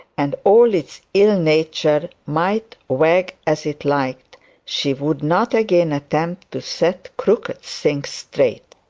and all its ill-nature, might wag as it like she would not again attempt to set crooked things straight.